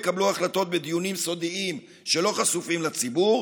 הם יקבלו החלטות בדיונים סודיים שלא חשופים לציבור,